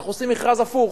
אנחנו עושים מכרז הפוך: